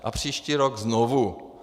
A příští rok znovu.